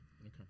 okay